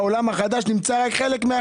בעולם החדש נמצא רק חלק,